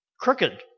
Crooked